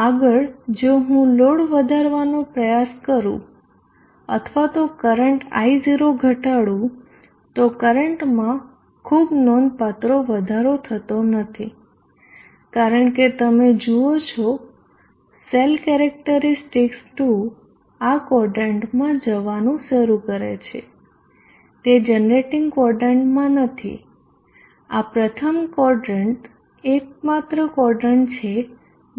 આગળ જો હું લોડ વધારવાનો પ્રયાસ કરું અથવા તો કરંટ I0 ઘટાડું તો કરંટમાં ખૂબ નોંધપાત્ર વધારો થતો નથી કારણ કે તમે જુઓ છો સેલ કેરેક્ટરીસ્ટિકસ 2 આ ક્વોદરન્ટમાં જવાનું શરૂ કરે છે તે જનરેટીંગ ક્વોદરન્ટમાં નથી આ પ્રથમ ક્વોદરન્ટ એકમાત્ર ક્વોદરન્ટ છે